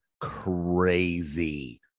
crazy